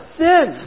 sin